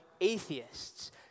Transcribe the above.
atheists